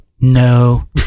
No